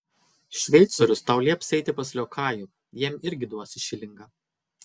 šveicorius tau lieps eiti pas liokajų jam irgi duosi šilingą